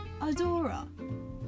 adora